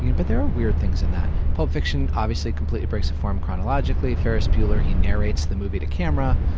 you know but there are weird things in that. pulp fiction, obviously, completely breaks the form chronologically. ferris bueller, he narrates the movie to camera.